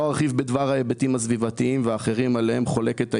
לא ארחיב בדבר ההיבטים הסביבתיים והאחרים עליהם חולקת העירייה,